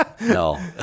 no